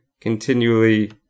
continually